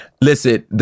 Listen